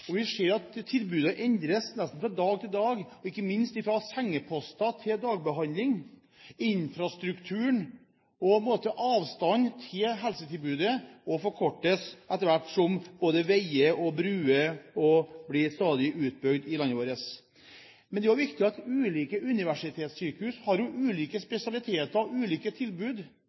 endring. Vi ser at tilbudene endres nesten fra dag til dag, ikke minst fra sengeposter til dagbehandling. Infrastrukturen og avstanden til helsetilbudet forkortes etter hvert som både veier og bruer stadig blir bygd i landet vårt. Det er også viktig at ulike universitetssykehus har ulike spesialisthelsetjenester og ulike tilbud.